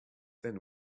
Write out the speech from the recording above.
thin